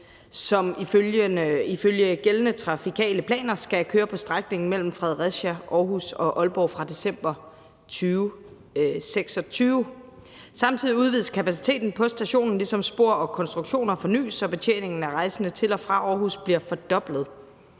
som ifølge gældende trafikale planer skal køre på strækningen mellem Fredericia, Aarhus og Aalborg fra december 2026. Samtidig udvides kapaciteten på stationen, ligesom spor og konstruktioner fornyes, så betjeningen af rejsende til og fra Aarhus bliver forbedret.